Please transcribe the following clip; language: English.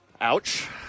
Ouch